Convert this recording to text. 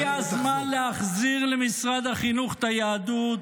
הגיע הזמן להחזיר למשרד החינוך את היהדות,